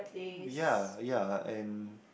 ya ya and